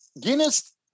Guinness